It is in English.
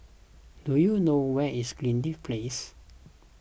do you know where is Greenleaf Place